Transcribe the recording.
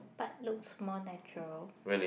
but looks more natural